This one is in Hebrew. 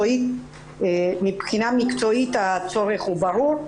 מבחינה מקצועית הצורך הוא ברור.